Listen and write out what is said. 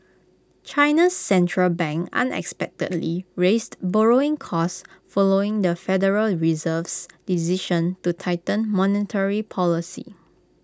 China's Central Bank unexpectedly raised borrowing costs following the federal Reserve's decision to tighten monetary policy